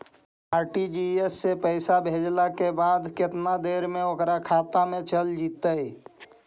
RTGS से पैसा भेजला के बाद केतना देर मे ओकर खाता मे चल जितै?